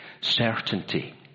certainty